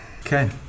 Okay